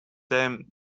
them